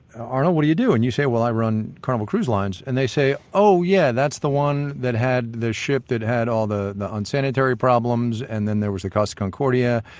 arnold, what do you do? and you say well, i run carnival cruise lines, and they say, oh yeah, that's the one that had the ship that had all the the unsanitary problems. and then there was the costa concordia,